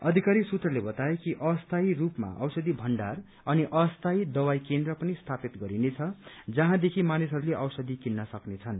अधिकारी सूत्रले बताए कि अस्थायी रूपमा औषधी भण्डार अनि अस्थायी दवाई केन्द्र पनि स्थापित गरिनेछ जहाँदेखि मानिसहरूले औषधी कित्र सक्नेछन्